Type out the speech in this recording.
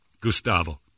Gustavo